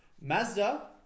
Mazda